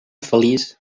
feliç